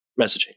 messaging